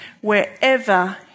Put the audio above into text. wherever